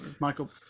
Michael